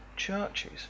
churches